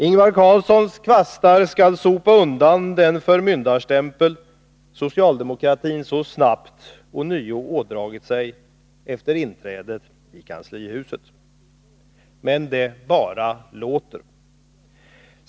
Ingvar Carlssons kvastar skall sopa undan den förmyndarstämpel socialdemokratin så snabbt ånyo ådragit sig efter inträdet i kanslihuset. Men det bara låter.